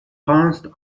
pounced